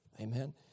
Amen